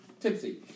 tipsy